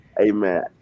Amen